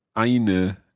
eine